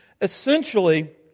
Essentially